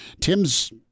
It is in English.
Tim's